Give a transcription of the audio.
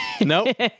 Nope